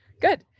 good